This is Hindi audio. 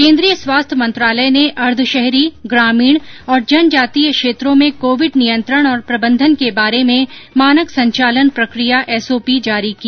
केन्द्रीय स्वास्थ्य मंत्रालय ने अर्द्वशहरी ग्रामीण और जनजातीय क्षेत्रों में कोविड नियंत्रण और प्रबंधन के बारे में मानक संचालन प्रक्रिया एसओपी जारी की